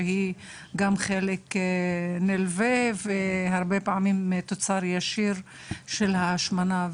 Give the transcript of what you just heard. שהיא גם חלק נלווה ובפעמים רבות היא גם תוצר נלווה של ההשמנה.